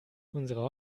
unsere